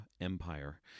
empire